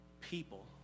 people